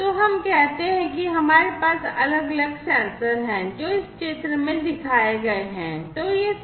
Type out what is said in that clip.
तो हम कहते हैं कि हमारे पास अलग अलग सेंसर हैं जो इस चित्र में दिखाए गए हैं